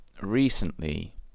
recently